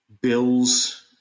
Bills